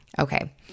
Okay